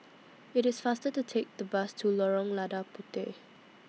IT IS faster to Take The Bus to Lorong Lada Puteh